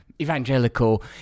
evangelical